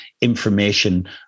information